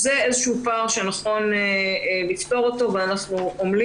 זה פער שנכון לפתור אותו ואנחנו עמלים